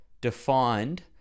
defined